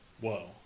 Whoa